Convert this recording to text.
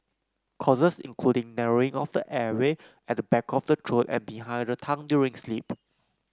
causes including narrowing of the airway at the back of the throat and behind the tongue during sleep